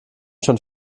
schon